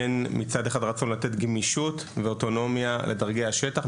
בין הרצון לתת גמישות ואוטונומיה לדרגי השטח,